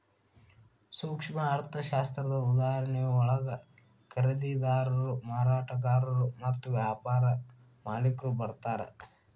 ಸೂಕ್ಷ್ಮ ಅರ್ಥಶಾಸ್ತ್ರದ ಉದಾಹರಣೆಯೊಳಗ ಖರೇದಿದಾರರು ಮಾರಾಟಗಾರರು ಮತ್ತ ವ್ಯಾಪಾರ ಮಾಲಿಕ್ರು ಬರ್ತಾರಾ